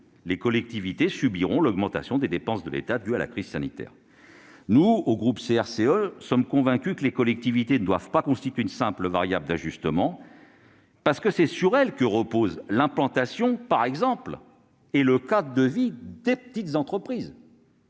les collectivités subiront l'augmentation des dépenses de l'État due à la crise sanitaire. Notre groupe est convaincu que les collectivités ne doivent pas constituer une simple variable d'ajustement, parce que c'est sur elles que reposent l'implantation et le cadre de vie des petites entreprises.